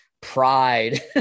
pride